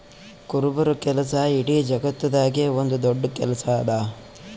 ಕುರುಬರ ಕೆಲಸ ಇಡೀ ಜಗತ್ತದಾಗೆ ಒಂದ್ ದೊಡ್ಡ ಕೆಲಸಾ ಅದಾ